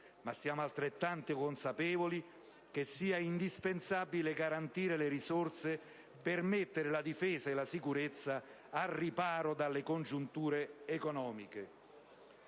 ma siamo altrettanto consapevoli che è indispensabile garantire le risorse per mettere la Difesa e la Sicurezza al riparo dalle congiunture economiche.